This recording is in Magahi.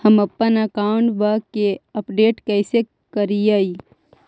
हमपन अकाउंट वा के अपडेट कैसै करिअई?